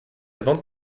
bande